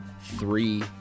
Three